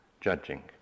judging